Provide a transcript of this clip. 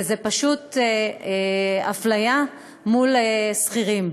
וזו פשוט אפליה מול שכירים.